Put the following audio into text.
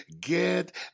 get